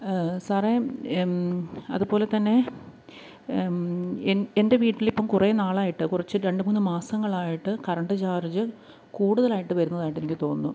സാറേ അതുപോല തന്നെ എൻ്റെ വീട്ടിലിപ്പോള് കുറേ നാളായിട്ട് കുറച്ച് രണ്ടുമൂന്ന് മാസങ്ങളായിട്ട് കറണ്ട് ചാർജ് കൂടുതലായിട്ട് വരുന്നതായിട്ടെനിക്ക് തോന്നുന്നു